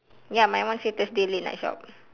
ya my one say thursday late night shop